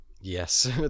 Yes